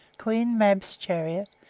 queen mab's chariot,